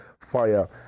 Fire